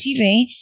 TV